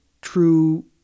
true